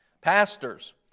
Pastors